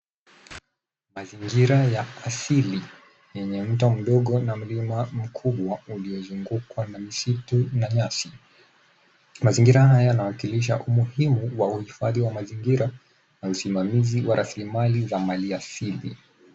Mazingira ya asili yenye mto mdogo na mlima mkubwa uliozungukwa na msitu na nyasi. Mazingira haya yanawakilisha umuhimu wa uhifadhi wa mazingira na usimamizi wa rasilimali za maliasili.